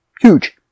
Huge